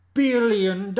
billion